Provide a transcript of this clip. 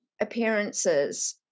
appearances